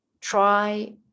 try